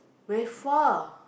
very far